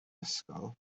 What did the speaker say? ysgol